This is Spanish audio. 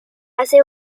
hace